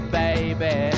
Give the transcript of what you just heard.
baby